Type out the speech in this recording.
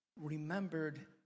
remembered